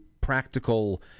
practical